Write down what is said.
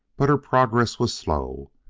but her progress was slow.